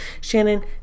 shannon